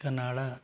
Canada